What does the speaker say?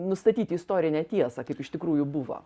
nustatyti istorinę tiesą kaip iš tikrųjų buvo